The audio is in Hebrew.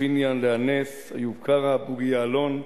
פיניאן, לאה נס, איוב קרא, בוגי יעלון,